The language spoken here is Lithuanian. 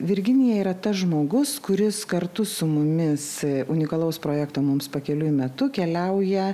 virginija yra tas žmogus kuris kartu su mumis unikalaus projekto mums pakeliui metu keliauja